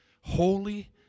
holy